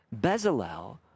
Bezalel